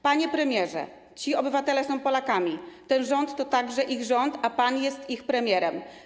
Panie premierze, ci obywatele są Polakami, ten rząd to także ich rząd, a pan jest ich premierem.